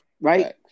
Right